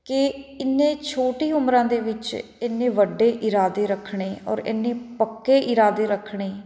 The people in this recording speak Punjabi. ਕਿ ਇੰਨੇ ਛੋਟੀ ਉਮਰਾਂ ਦੇ ਵਿੱਚ ਇੰਨੇ ਵੱਡੇ ਇਰਾਦੇ ਰੱਖਣੇ ਔਰ ਇੰਨੇ ਪੱਕੇ ਇਰਾਦੇ ਰੱਖਣੇ